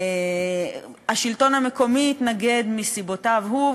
השלטון המקומי התנגד מסיבותיו שלו.